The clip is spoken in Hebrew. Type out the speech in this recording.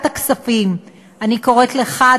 אני קוראת לך,